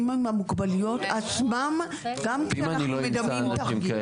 עם המוגבלויות עצמם גם כשאנחנו מדמים תרגיל.